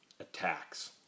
attacks